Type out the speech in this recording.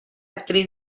actriz